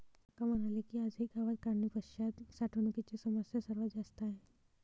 काका म्हणाले की, आजही गावात काढणीपश्चात साठवणुकीची समस्या सर्वात जास्त आहे